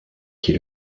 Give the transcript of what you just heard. qui